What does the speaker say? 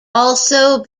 also